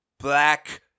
black